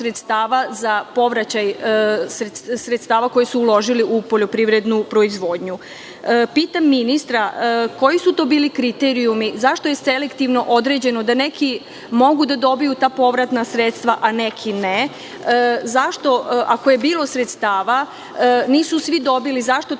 za povraćaj sredstava koja su uložili u poljoprivrednu proizvodnju. Pitam ministra – koji su to bili kriterijumi? Zašto je selektivno određeno da neki mogu da dobiju ta povratna sredstva, a neki ne? Zašto ako je bilo sredstava nisu svi dobili, zašto ta